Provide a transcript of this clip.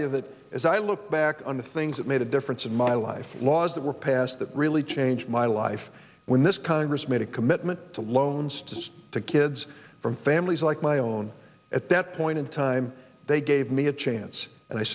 you that as i look back on the things that made a difference in my life laws that were passed that really changed my life when this congress made a commitment to loans just to kids from families like my own at that point in time they gave me a chance and